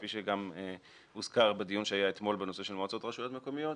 כפי שגם הוזכר בדיון שהיה אתמול בנושא של מועצות ורשויות מקומיות,